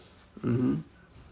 mmhmm